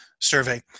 survey